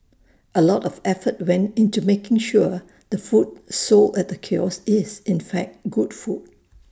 A lot of effort went into making sure the food sold at the kiosk is in fact good food